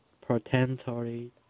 potentially